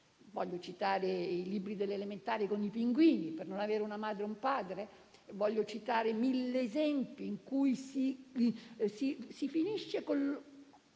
Voglio citare i libri delle elementari con i pinguini, per non avere una madre e un padre, e mille esempi in cui si finisce con